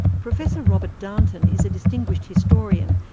professor robert darnton is a distinguished historian,